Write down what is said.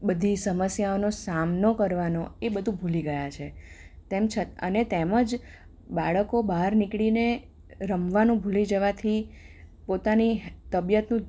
બધી સમસ્યાઓનો સામનો કરવાનો એ બધુ ભુલી ગયા છે તેમ અને તેમજ બાળકો બહાર નીકળીને રમવાનું ભુલી જવાથી પોતાની તબિયતનું